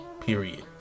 Period